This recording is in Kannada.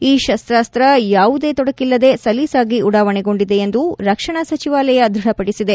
ಈ ಶಸ್ತಾಸ್ತ ಯಾವುದೇ ತೊಡಕಿಲ್ಲದೆ ಸಲೀಸಾಗಿ ಉಡಾವಣೆಗೊಂಡಿದೆ ಎಂದು ರಕ್ಷಣಾ ಸಚಿವಾಲಯ ದೃಢಪಡಿಸಿದೆ